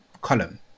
column